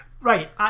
Right